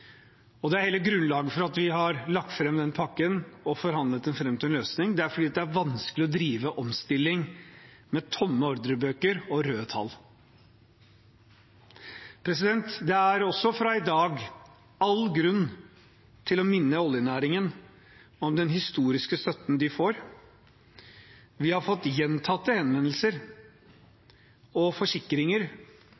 Det er hele grunnlaget for at vi har lagt fram den pakken og forhandlet den fram til en løsning – det er vanskelig å drive omstilling med tomme ordrebøker og røde tall. Det er også i dag all grunn til å minne oljenæringen om den historiske støtten de får. Vi har fått gjentatte henvendelser